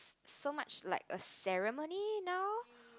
so much like a ceremony now